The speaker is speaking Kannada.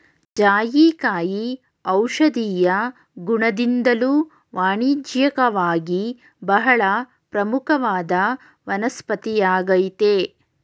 ಜಾಯಿಕಾಯಿ ಔಷಧೀಯ ಗುಣದಿಂದ್ದಲೂ ವಾಣಿಜ್ಯಿಕವಾಗಿ ಬಹಳ ಪ್ರಮುಖವಾದ ವನಸ್ಪತಿಯಾಗಯ್ತೆ